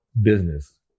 business